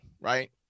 right